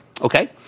Okay